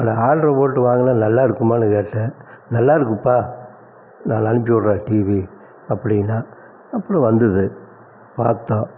அதை ஆர்டரு போட்டு வாங்கினா நல்லா இருக்குமான்னு கேட்டேன் நல்லா இருக்குப்பா நான் அனுப்பிவிட்றேன் டிவி அப்படின்னா அப்பறம் வந்தது பார்த்தோம்